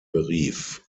berief